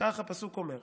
כך הפסוק אומר.